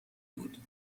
بود